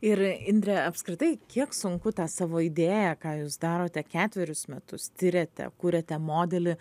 ir indre apskritai kiek sunku tą savo idėją ką jūs darote ketverius metus tiriate kuriate modelį